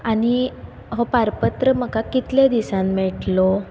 आनी हो पारपत्र म्हाका कितले दिसान मेळटलो